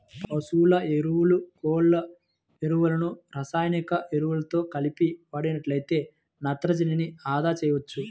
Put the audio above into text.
పశువుల ఎరువు, కోళ్ళ ఎరువులను రసాయనిక ఎరువులతో కలిపి వాడినట్లయితే నత్రజనిని అదా చేయవచ్చు